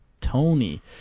Tony